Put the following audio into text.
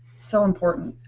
so important.